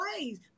ways